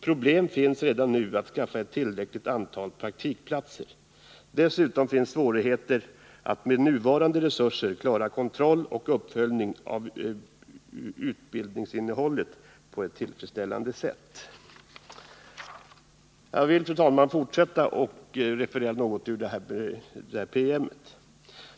Problem finns redan nu att skaffa ett tillräckligt antal praktikplatser. Dessutom finns svårigheter att med nuvarande resurser klara kontroll och uppföljning av utbildningsinnehållet på ett tillfredsställande sätt.” Jag vill, fru talman, fortsätta att referera något ur den här promemorian.